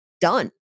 done